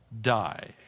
die